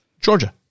Georgia